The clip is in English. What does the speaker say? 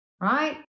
right